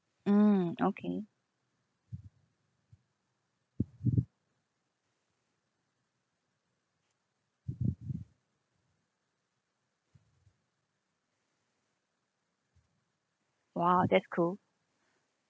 mm okay !wah! that's cool